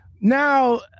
now